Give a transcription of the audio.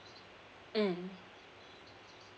mm